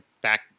back